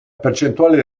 percentuale